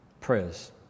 prayers